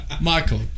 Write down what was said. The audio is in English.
Michael